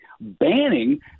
banning